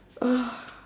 oh